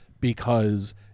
because-